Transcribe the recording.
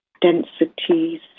densities